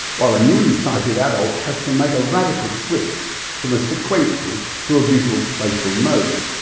while a newly sighted adult has to make a radical switch from a sequential to a visual-spatial mode.